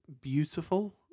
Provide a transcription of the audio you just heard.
beautiful